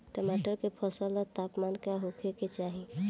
टमाटर के फसल ला तापमान का होखे के चाही?